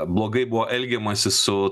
blogai buvo elgiamasi su